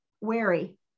wary